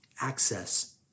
access